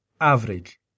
average